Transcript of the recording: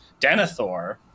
Denethor